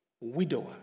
widower